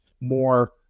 more